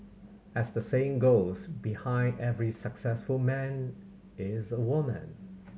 as the saying goes behind every successful man is a woman